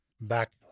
back